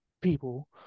people